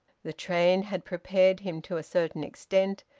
the train had prepared him to a certain extent,